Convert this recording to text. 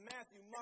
Matthew